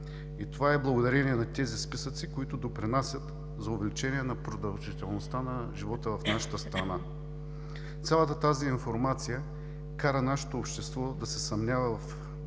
и това е благодарение на тези списъци, които допринасят за увеличение на продължителността на живота в нашата страна. Цялата тази информация кара нашето общество да се съмнява в